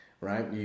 right